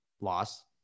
loss